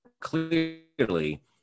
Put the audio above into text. clearly